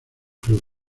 club